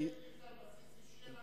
אם זה על בסיס אישי,